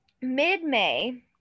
mid-may